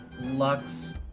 Lux